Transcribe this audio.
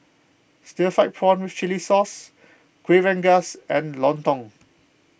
Stir Fried Prawn with Chili Sauce Kuih Rengas and Lontong